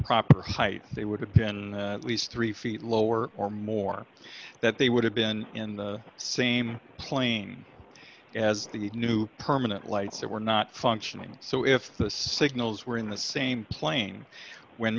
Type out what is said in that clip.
proper height they would have been at least three feet lower or more that they would have been in the same plane as the new permanent lights that were not functioning so if the signals were in the same plane when